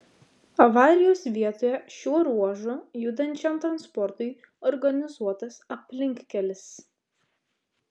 avarijos vietoje šiuo ruožu judančiam transportui organizuotas aplinkkelis